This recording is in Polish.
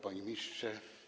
Panie Ministrze!